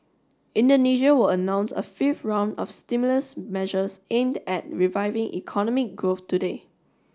Indonesia will announce a fifth round of stimulus measures aimed at reviving economic growth today